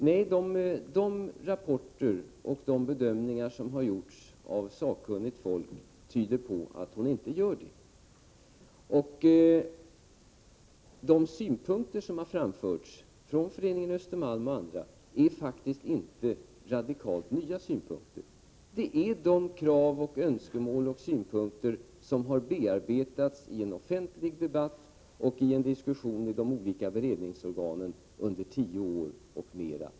Nej, de rapporter och bedömningar som har gjorts av sakkunnigt folk tyder på att hon inte gör det. De synpunkter som har framförts från Föreningen Östermalm och andra är inte radikalt nya synpunkter. Det är de krav och önskemål som har bearbetats i en offentlig debatt och en diskussion i de olika beredningsorganen under drygt tio år.